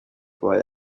boy